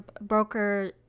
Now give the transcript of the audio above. broker